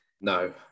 No